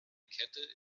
kette